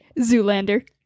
Zoolander